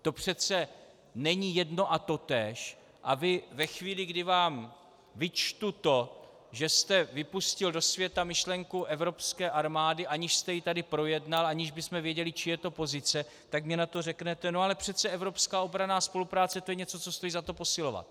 To přece není jedno a totéž, aby ve chvíli, kdy vám vyčtu to, že jste vypustil do světa myšlenku evropské armády, aniž jste ji tady projednal, aniž bychom věděli, čí je to pozice, tak mně na to řeknete, ale přece evropská obranná spolupráce, to je něco, co stojí za to posilovat.